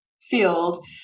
field